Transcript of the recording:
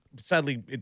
Sadly